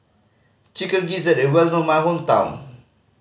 Chicken Gizzard is well known in my hometown